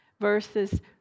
verses